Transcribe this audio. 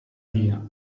via